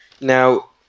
Now